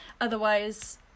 Otherwise